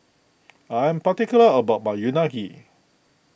I am particular about my Unagi